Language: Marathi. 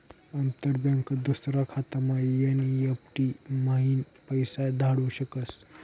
अंतर बँक दूसरा खातामा एन.ई.एफ.टी म्हाईन पैसा धाडू शकस